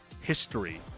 history